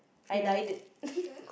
I died